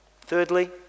Thirdly